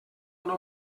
una